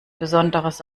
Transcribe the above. besonderes